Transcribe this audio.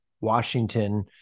Washington